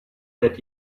that